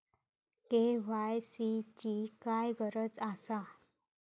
KYC ची काय गरज आसा?